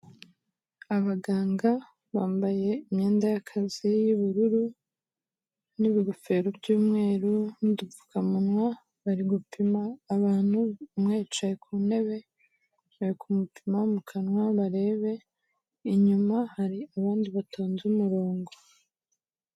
Abaganga bambaye imyenda y'akazi y'ubururu, n'ibigofero by'umweru n'udupfukamunwa, bari gupima abantu, umwe yicaye ku ntebe bari kumupima mu kanwa barebe, inyuma hari abandi batonze umurongo.